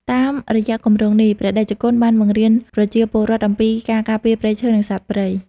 តាមរយៈគម្រោងនេះ ព្រះតេជគុណបានបង្រៀនប្រជាពលរដ្ឋអំពីការការពារព្រៃឈើ និងសត្វព្រៃ។